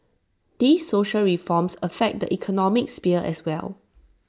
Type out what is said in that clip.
these social reforms affect the economic sphere as well